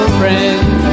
friends